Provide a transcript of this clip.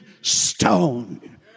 stone